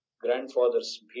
Grandfathers